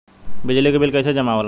बिजली के बिल कैसे जमा होला?